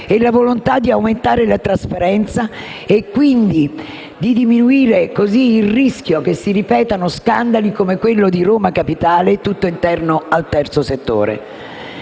e la volontà di aumentare la trasparenza e quindi di diminuire il rischio che si ripetano scandali come quello di Roma Capitale, tutto interno al terzo settore.